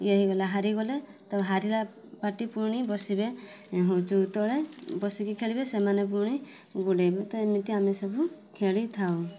ଇଏ ହେଇଗଲେ ହାରିଗଲେ ତ ହାରିଲା ପାଟି ପୁଣି ବସିବେ ଯୋ ତଳେ ବସିକି ଖେଳିବେ ସେମାନେ ପୁଣି ଗୁଡ଼େଇବେ ତ ଏମିତି ଆମେ ସବୁ ଖେଳିଥାଉ